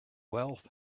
wealth